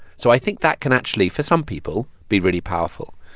so i think that can actually, for some people, be very powerful.